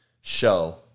show